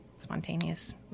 spontaneous